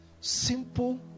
Simple